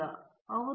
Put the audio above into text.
professor